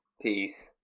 Peace